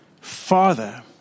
Father